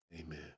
Amen